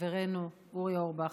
חברנו אורי אורבך,